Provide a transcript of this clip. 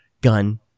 gun